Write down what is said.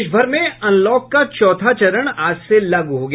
देश भर में अनलॉक का चौथा चरण आज से लागू हो गया